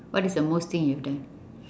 what is the most thing you've done